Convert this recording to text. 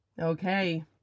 Okay